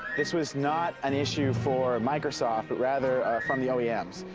this was not an issue for microsoft, rather from the oems.